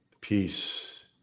Peace